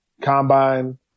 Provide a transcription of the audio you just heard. combine